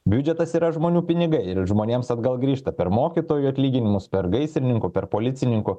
biudžetas yra žmonių pinigai ir žmonėms atgal grįžta per mokytojų atlyginimus per gaisrininkų per policininkų